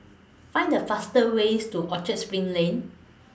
Find The fastest Way to Orchard SPRING Lane